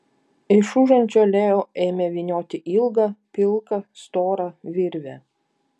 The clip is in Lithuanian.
iš užančio leo ėmė vynioti ilgą pilką storą virvę